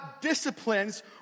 disciplines